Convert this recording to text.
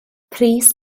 pris